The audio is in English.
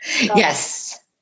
Yes